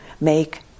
make